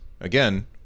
again